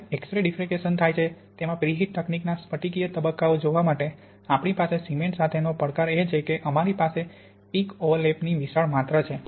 હવે X ray diffraction થાય છે એમાં પ્રીહિટ તકનીકમાં સ્ફટિકીય તબક્કાઓ જોવા માટે આપણી પાસે સિમેન્ટ સાથે નો પડકાર એ છે કે અમારી પાસે પીક ઓવરલેપની વિશાળ માત્રા છે